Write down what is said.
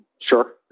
Sure